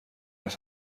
las